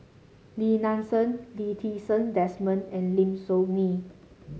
Lim Nang Seng Lee Ti Seng Desmond and Lim Soo Ngee